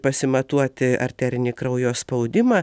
pasimatuoti arterinį kraujo spaudimą